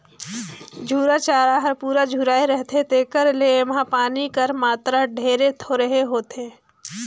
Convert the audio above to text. झूरा चारा हर पूरा झुराए रहथे तेकर ले एम्हां पानी कर मातरा ढेरे थोरहें होथे